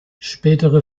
spätere